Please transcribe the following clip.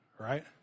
right